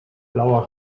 blauer